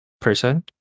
person